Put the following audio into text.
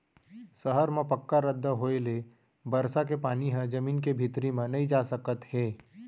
सहर म पक्का रद्दा होए ले बरसा के पानी ह जमीन के भीतरी म नइ जा सकत हे